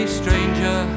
stranger